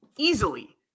easily